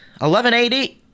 1180